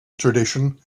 tradition